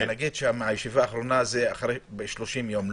נאמר שהישיבה האחרונה היא 30 יום.